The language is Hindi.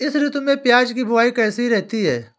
इस ऋतु में प्याज की बुआई कैसी रही है?